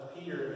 Peter